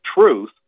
truth